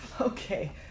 Okay